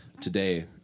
today